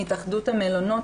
מהתאחדות המלונות,